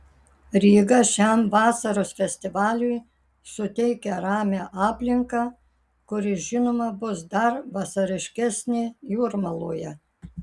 ryga šiam vasaros festivaliui suteikia ramią aplinką kuri žinoma bus dar vasariškesnė jūrmaloje